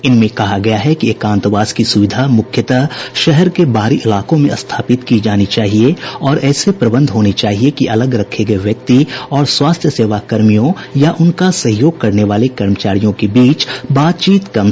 इनमें कहा गया है कि एकांतवास की सुविधा मुख्यतः शहर के बाहरी इलाकों में स्थापित की जानी चाहिए और ऐसे प्रबंध होने चाहिए कि अलग रखे गये व्यक्ति और स्वास्थ्य सेवाकर्मियों या उनका सहयोग करने वाले कर्मचारियों के बीच बातचीत कम से कम हो